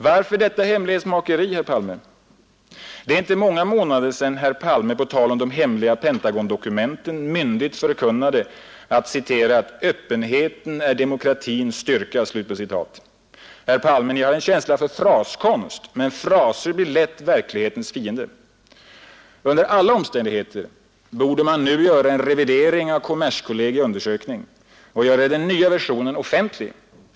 Varför detta hemlighetsmakeri? Det är inte många månader sedan som herr Palme på tal om de hemliga Pentagondokumenten myndigt förkunnade att ”öppenheten är demokratins styrka”. Herr Palme har en känsla för fraskonst, men fraser blir lätt verklighetens fiender. Under alla omständigheter borde man nu göra en revidering av kommerskollegii undersökning och låta den nya versionen bli offentlig.